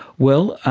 well,